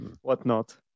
whatnot